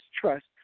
trust